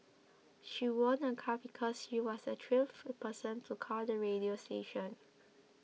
she won a car because she was the twelfth person to call the radio station